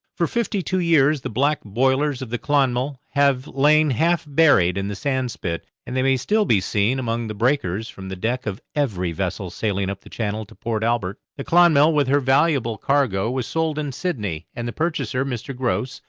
for fifty-two years the black boilers of the clonmel have lain half buried in the sandspit, and they may still be seen among the breakers from the deck of every vessel sailing up the channel to port albert. the clonmel, with her valuable cargo, was sold in sydney, and the purchaser, mr. grose,